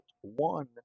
One